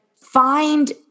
find